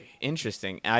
Interesting